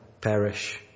perish